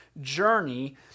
journey